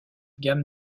gamme